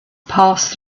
passed